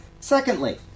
Secondly